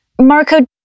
Marco